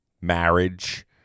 marriage